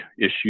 issue